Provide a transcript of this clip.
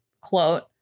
quote